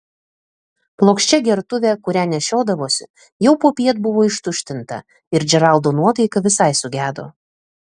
plokščia gertuvė kurią nešiodavosi jau popiet buvo ištuštinta ir džeraldo nuotaika visai sugedo